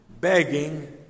begging